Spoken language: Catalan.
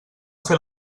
fer